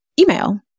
email